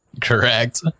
Correct